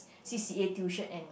C_C_A tuition and